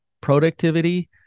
productivity